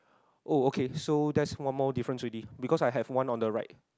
oh okay so that's one more difference already because I have one on the right